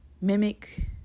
mimic